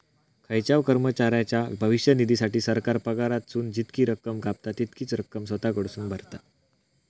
खायच्याव कर्मचाऱ्याच्या भविष्य निधीसाठी, सरकार पगारातसून जितकी रक्कम कापता, तितकीच रक्कम स्वतः कडसून भरता